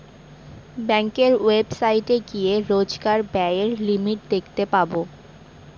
ব্যাঙ্কের ওয়েবসাইটে গিয়ে রোজকার ব্যায়ের লিমিট দেখতে পাবো